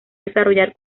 desarrollar